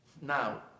Now